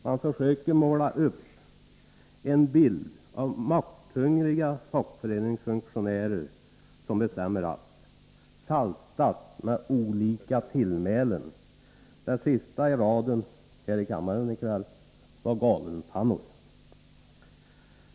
Man försöker måla upp en bild av makthungriga fackföreningsfunktionärer som bestämmer allt, sedan saltar man anrättningen med olika tillmälen. Det sista i raden här i kammaren i kväll var galenpannor.